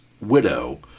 widow